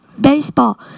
baseball